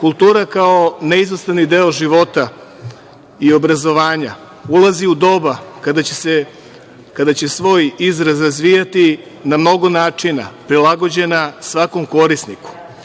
Kultura kao neizostavni deo života i obrazovanja ulazi u doba kada će svoj izraz razvijati na mnogo načina, prilagođena svakom korisniku.